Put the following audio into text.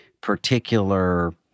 particular